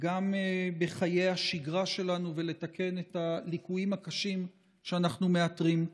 גם בחיי השגרה שלנו ולתקן את הליקויים הקשים שאנחנו מאתרים.